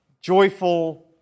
joyful